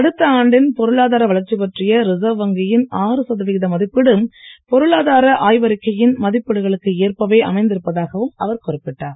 அடுத்த ஆண்டின் பொருளாதார வளர்ச்சி பற்றிய ரிசர்வ் வங்கியின் ஆறு சதவிகித மதிப்பீடு பொருளாதார ஆய்வறிக்கையின் மதிப்பீடுகளுக்கு ஏற்பவே அமைந்திருப்பதாகவும் அவர் குறிப்பிட்டார்